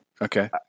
Okay